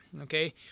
okay